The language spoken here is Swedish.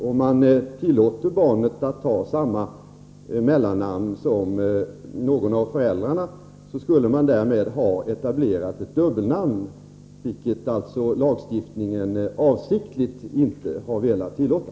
Om man tillåter barn att ta samma mellannamn som någon av föräldrarna har, skulle man därmed ha etablerat ett dubbelnamn, vilket lagstiftningen alltså avsiktligt inte har velat tillåta.